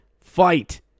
fight